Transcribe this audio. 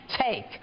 take